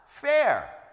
fair